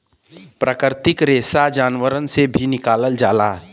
प्राकृतिक रेसा जानवरन से भी निकालल जाला